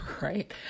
right